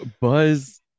Buzz